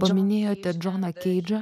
paminėjote džoną keidžą